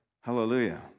Hallelujah